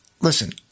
Listen